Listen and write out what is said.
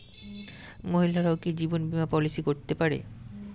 মহিলারাও কি জীবন বীমা পলিসি করতে পারে?